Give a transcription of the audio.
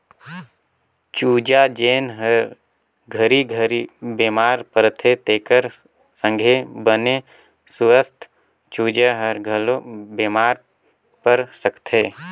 चूजा जेन हर घरी घरी बेमार परथे तेखर संघे बने सुवस्थ चूजा हर घलो बेमार पर सकथे